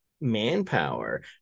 manpower